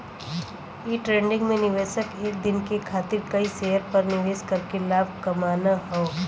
day trading में निवेशक एक दिन के खातिर कई शेयर पर निवेश करके लाभ कमाना हौ